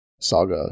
saga